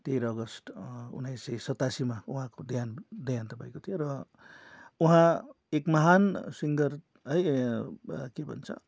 तेह्र अगस्त उन्नाइस सय सतासीमा उहाँको देहान देहान्त भएको थियो र उहाँ एक महान सिङ्गर है के भन्छ